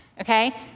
okay